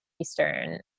Eastern